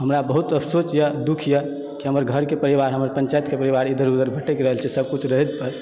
हमरा बहुत अफसोच यऽ दुःख यऽ कि हमर घर के परिवार पंचायत के परिवार इधर उधर भटैक रहल छै सबकिछु रहैतमे